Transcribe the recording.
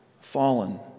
fallen